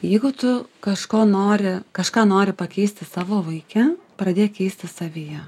jeigu tu kažko nori kažką nori pakeisti savo vaike pradėk keisti savyje